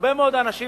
הרבה מאוד אנשים